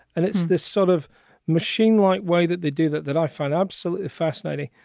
and it's this sort of machine like way that they do that that i find absolutely fascinating.